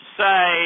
say